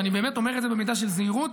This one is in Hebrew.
ואני אומר את זה במידה של זהירות,